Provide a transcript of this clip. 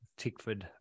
Tickford